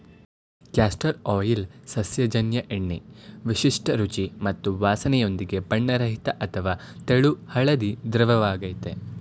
castor oil ಸಸ್ಯಜನ್ಯ ಎಣ್ಣೆ ವಿಶಿಷ್ಟ ರುಚಿ ಮತ್ತು ವಾಸ್ನೆಯೊಂದಿಗೆ ಬಣ್ಣರಹಿತ ಅಥವಾ ತೆಳು ಹಳದಿ ದ್ರವವಾಗಯ್ತೆ